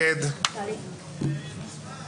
רבותיי, חזרנו להנמקות והצבעות על הרביזיות.